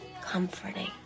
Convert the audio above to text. Comforting